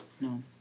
No